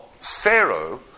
Pharaoh